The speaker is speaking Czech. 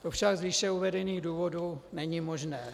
To však z výše uvedených důvodů není možné.